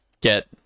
get